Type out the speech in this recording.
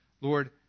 Lord